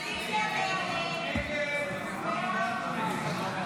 הסתייגות 1 לא נתקבלה.